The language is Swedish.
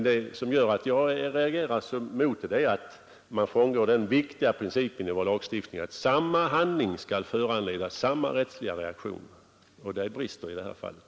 Det som jag alltså reagerar mot i detta fall är att man frångår den viktiga principen i vår lagstiftning att samma handling skall föranleda samma rättsliga reaktion, och där brister det i detta fall.